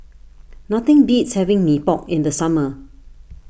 nothing beats having Mee Pok in the summer